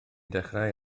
dechrau